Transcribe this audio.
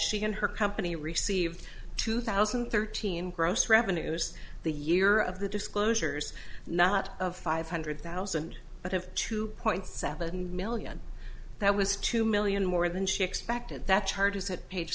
she and her company received two thousand and thirteen gross revenues the year of the disclosures not of five hundred thousand but of two point seven million that was two million more than she expected that charges that page